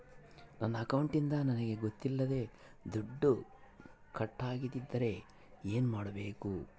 ನನ್ನ ಅಕೌಂಟಿಂದ ನನಗೆ ಗೊತ್ತಿಲ್ಲದೆ ದುಡ್ಡು ಕಟ್ಟಾಗಿದ್ದರೆ ಏನು ಮಾಡಬೇಕು?